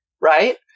right